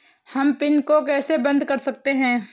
हम पिन को कैसे बंद कर सकते हैं?